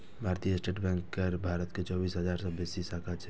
भारतीय state bank केर भारत मे चौबीस हजार सं बेसी शाखा छै